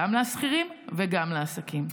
גם לשכירים וגם לעסקים.